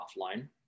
offline